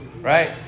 Right